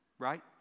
right